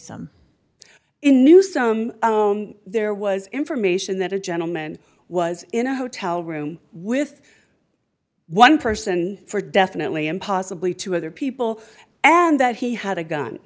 in new some there was information that a gentleman was in a hotel room with one person for definitely him possibly two other people and that he had a gun